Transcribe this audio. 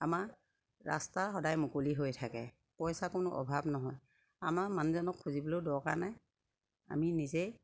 আমাৰ ৰাস্তা সদায় মুকলি হৈ থাকে পইচা কোনো অভাৱ নহয় আমাৰ মানুহজনক খুজিবলৈও দৰকাৰ নাই আমি নিজেই